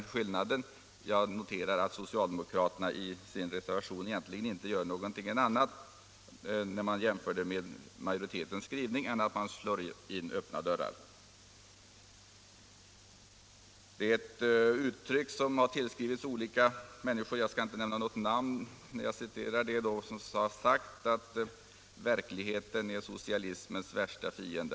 Vid en jämförelse med majoritetens skrivning kan man notera att socialdemokraterna i sin reservation egentligen inte gör någonting annat än slår in öppna dörrar. Jag tänker inte nämna något namn men skall återge ett uttryck som tillskrivits många, nämligen detta: Verkligheten är socialdemokratins värsta fiende.